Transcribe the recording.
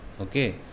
okay